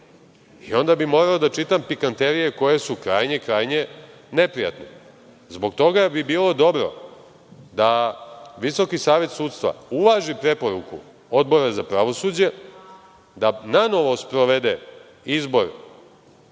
i onda bi morao da čitam pikanterije koje su krajnje neprijatne. Zbog toga bi bilo dobro da VSS uvaži preporuku Odbora za pravosuđe, da nanovo sprovede izbor,